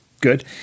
good